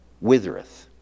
withereth